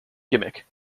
gimmick